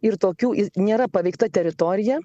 ir tokių nėra paveikta teritorija